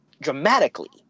dramatically